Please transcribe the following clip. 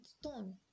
stone